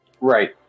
Right